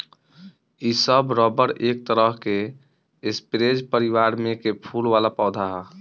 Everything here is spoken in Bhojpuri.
इ सब रबर एक तरह के स्परेज परिवार में के फूल वाला पौधा ह